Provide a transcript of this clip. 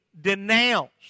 denounced